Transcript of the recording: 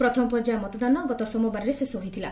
ପ୍ରଥମ ପର୍ଯ୍ୟାୟ ମତଦାନ ଗତ ସୋମବାର ଶେଷ ହୋଇଥିଲା